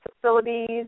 facilities